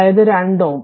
അതായതു 2 Ω